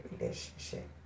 relationship